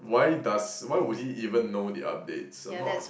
why does why would he even know the updates I'm not